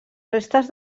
restes